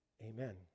Amen